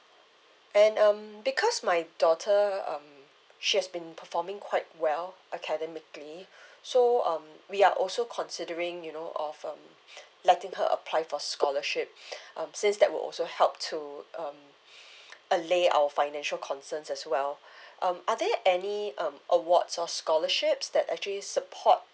and um because my daughter um she has been performing quite well academically so um we are also considering you know of um letting her apply for scholarship um since that will also help to um allay our financial concerns as well um are there any um awards or scholarships that actually support